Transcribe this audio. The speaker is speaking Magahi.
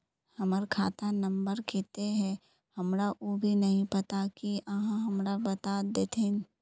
हमर खाता नम्बर केते है हमरा वो भी नहीं पता की आहाँ हमरा बता देतहिन?